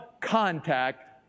contact